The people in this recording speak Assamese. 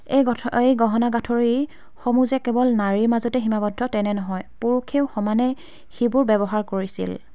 এই গঠ এই গহনা গাঁঠৰিসমূহ যে কেৱল নাৰীৰ মাজতে সীমাবদ্ধ তেনে নহয় পুৰুষেও সমানে সেইবোৰ ব্যৱহাৰ কৰিছিল